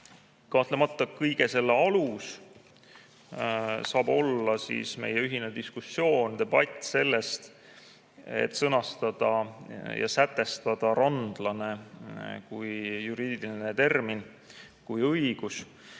Kahtlemata, kõige selle alus saab olla meie ühine diskussioon, debatt selle üle. Meil tuleb sõnastada ja sätestada randlane kui juriidiline termin, kui õigus